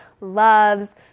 loves